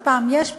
ופעם יש פרטנר,